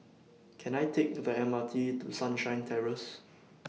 Can I Take The M R T to Sunshine Terrace